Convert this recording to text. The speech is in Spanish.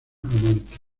amante